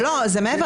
זה מעבר